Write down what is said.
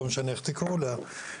לא משנה איך תקראו לה,